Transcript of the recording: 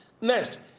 Next